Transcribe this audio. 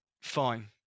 Fine